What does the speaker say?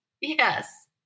Yes